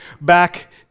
back